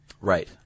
Right